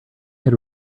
had